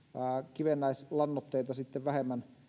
kivennäislannoitteita